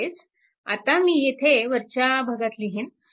म्हणजेच आता मी येथे वरच्या भागात लिहीन